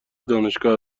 دانشگاه